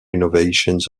renovations